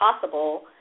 possible